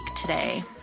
today